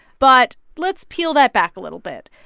but let's peel that back a little bit.